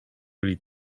byli